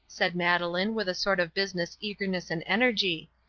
said madeleine, with a sort of business eagerness and energy,